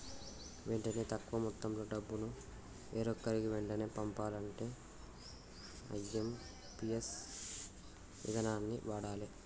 వెంటనే తక్కువ మొత్తంలో డబ్బును వేరొకరికి వెంటనే పంపాలంటే ఐ.ఎమ్.పి.ఎస్ ఇదానాన్ని వాడాలే